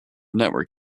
network